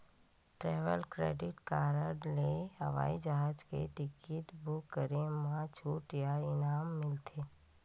travel credit card ले हवई जहाज के टिकट बूक करे म छूट या इनाम मिलथे